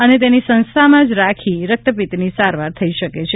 અને તેની સંસ્થામાં જ રાખી રક્તપિત્તની સારવાર થઇ શકે છે